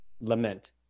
lament